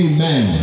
Amen